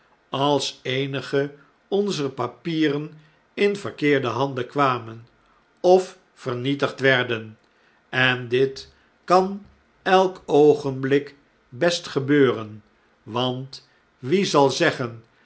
als eenige onzer papieren inverkeerde handen kwamen of vernietigd werden en dit kan elk oogenblik best gebeuren want wie zal zeggen